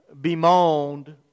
bemoaned